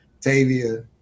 Tavia